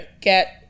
get